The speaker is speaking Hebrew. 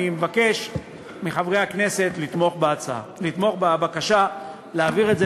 אני מבקש מחברי הכנסת לתמוך בבקשה להעביר את זה